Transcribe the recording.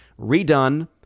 Redone